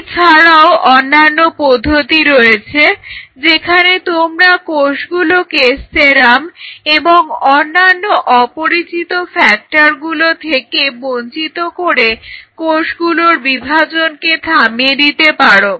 এছাড়াও অন্যান্য পদ্ধতি রয়েছে যেখানে তোমরা কোষগুলোকে সেরাম এবং অন্যান্য অপরিচিত ফ্যাক্টরগুলো থেকে বঞ্চিত করে কোষগুলোর বিভাজনকে থামিয়ে দিতে পারো